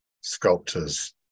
sculptors